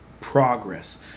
progress